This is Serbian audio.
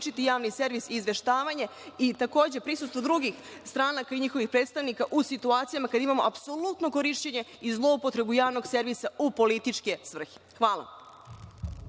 ličiti javni servis i izveštavanje i, takođe, prisustvo drugih stranaka i njihovih predstavnika u situacijama kada imamo apsolutno korišćenje i zloupotrebu javnog servisa u političke svrhe. Hvala.